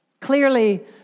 Clearly